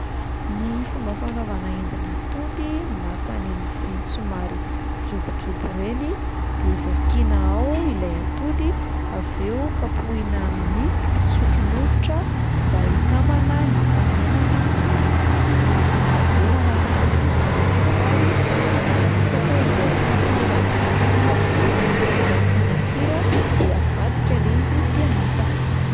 Ny fomba fanaovana endin'atody: maka ny lovia somary jobojobo ireny de vakiana ao ilay atody avy eo kapohina amin'ny sotrorovitra mba hikambana ny tamenany sy tapotsiny, avy eo mamana menaka amin'ny lapoaly ary arotsaka ilay atody efa voakapoka iny avy eo ary asiana sira de avadika ilay izy d masaka.